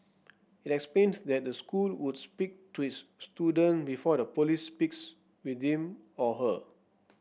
it explained that the school would speak to its student before the police speaks with him or her